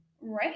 Right